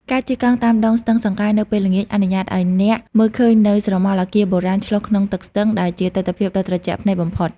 ការជិះកង់តាមដងស្ទឹងសង្កែនៅពេលល្ងាច អនុញ្ញាតឱ្យអ្នកមើលឃើញនូវស្រមោលអគារបុរាណឆ្លុះក្នុងទឹកស្ទឹង ដែលជាទិដ្ឋភាពដ៏ត្រជាក់ភ្នែកបំផុត។